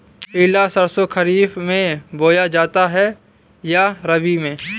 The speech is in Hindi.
पिला सरसो खरीफ में बोया जाता है या रबी में?